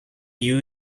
you